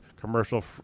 commercial